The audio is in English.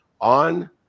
on